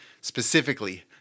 specifically